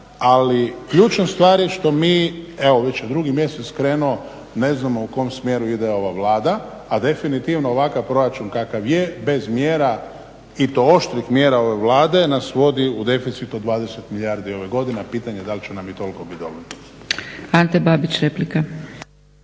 ali ključna stvar je što mi evo već je drugi mjesec krenuo ne znamo u kom smjeru ide ova Vlada a definitivno ovakav proračun kakav je bez mjera i to oštrih mjera ove Vlade nas vodi u deficit od 20 milijardi ove godine a pitanje dal će nam i tolko biti dovoljno. **Zgrebec, Dragica